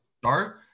start